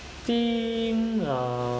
think uh